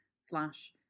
slash